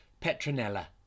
Petronella